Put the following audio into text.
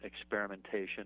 experimentation